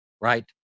right